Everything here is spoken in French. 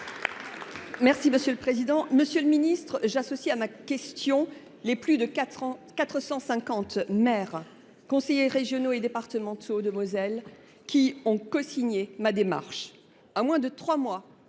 et numérique. Monsieur le ministre, j’associe à ma question les plus de 450 maires, conseillers régionaux et départementaux de Moselle qui appuient ma démarche. À moins de trois mois